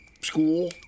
school